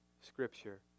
Scripture